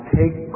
take